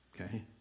Okay